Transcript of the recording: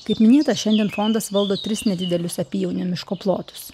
kaip minėta šiandien fondas valdo tris nedidelius apyjaunio miško plotus